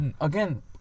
again